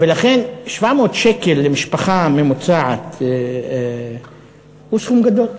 750 שקל למשפחה ממוצעת זה סכום גדול בחודש.